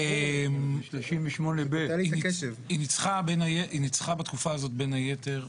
היא ניצחה בתקופה הזאת בין היתר,